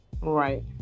Right